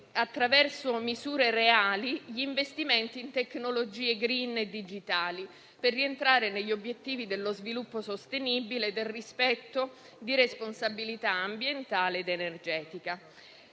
attraverso misure reali, gli investimenti in tecnologie *green* e digitali per rientrare negli obiettivi dello sviluppo sostenibile, del rispetto di responsabilità ambientale ed energetica.